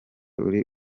uri